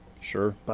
Sure